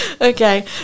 Okay